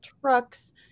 trucks